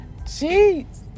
Jeez